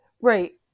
Right